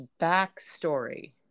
backstory